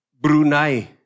Brunei